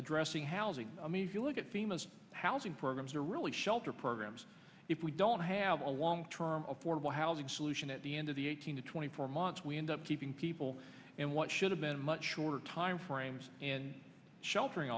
addressing housing i mean if you look at the most housing programs or really shelter programs if we don't have a long term affordable housing solution at the end of the eighteen to twenty four months we end up keeping people and what should have been much shorter timeframes and sheltering